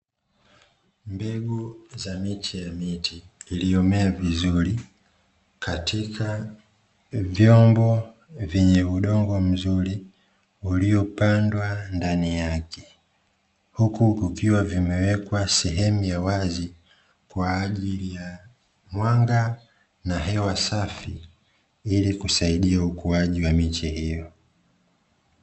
Mbegu za miche ya miti iliyomea vizuri, katika vyombo vyenye udongo mzuri, uliopandwa ndani yake. Huku kukiwa zimewekwa sehemu ya wazi, kwa ajili ya mwanga na hewa safi, ili kusaidia ukuaji wa miche hiyo.